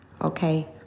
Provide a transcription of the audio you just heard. okay